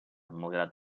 malgrat